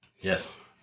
Yes